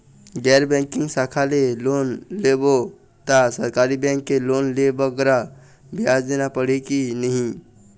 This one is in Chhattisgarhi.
गैर बैंकिंग शाखा ले लोन लेबो ता सरकारी बैंक के लोन ले बगरा ब्याज देना पड़ही ही कि नहीं?